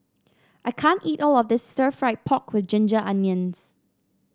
I can't eat all of this stir fry pork with Ginger Onions